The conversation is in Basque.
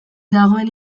dagoen